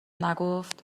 نگفت